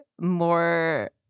more